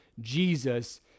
Jesus